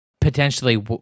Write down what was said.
potentially